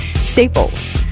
Staples